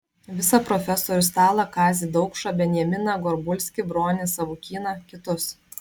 visą profesorių stalą kazį daukšą benjaminą gorbulskį bronį savukyną kitus